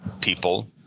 people